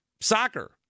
soccer